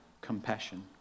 compassion